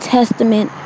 Testament